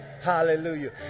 Hallelujah